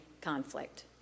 conflict